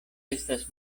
estas